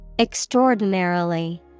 Extraordinarily